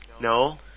No